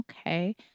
Okay